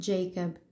Jacob